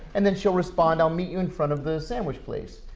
and then she'll respond i'll meet you in front of the sandwich place.